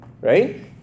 right